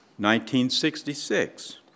1966